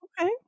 Okay